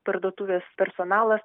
parduotuvės personala